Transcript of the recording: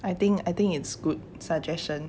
I think I think it's good suggestion